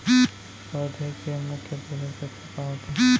पौधे के मुख्य पोसक तत्व का होथे?